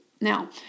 Now